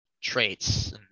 traits